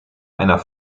einer